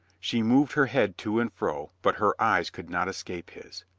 she moved her head to and fro, but her eyes could not escape his.